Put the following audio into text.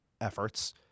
efforts